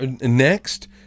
next